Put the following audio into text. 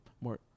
more